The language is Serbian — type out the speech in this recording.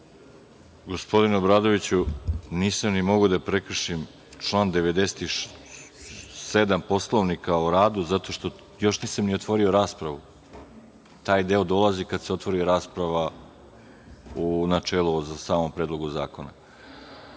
Gospodine Obradoviću, nisam ni mogao da prekršim član 97. Poslovnika o radu zato što još nisam ni otvorio raspravu. Taj deo dolazi kada se otvori rasprava u načelu o samom Predlogu zakona. To